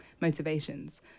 motivations